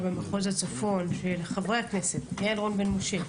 במחוז הצפון" של חברי הכנסת: יעל רון בן משה,